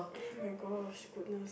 oh-my-gosh goodness